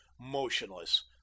motionless